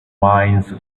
mines